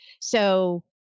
So-